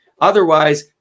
Otherwise